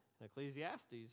ecclesiastes